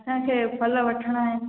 असांखे फल वठणा आहिनि